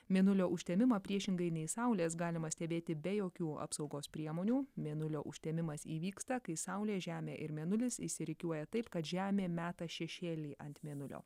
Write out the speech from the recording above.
mėnulio užtemimą priešingai nei saulės galima stebėti be jokių apsaugos priemonių mėnulio užtemimas įvyksta kai saulė žemė ir mėnulis išsirikiuoja taip kad žemė meta šešėlį ant mėnulio